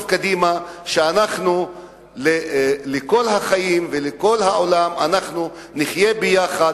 קדימה שאנחנו לכל החיים ולעולם נחיה ביחד,